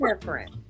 different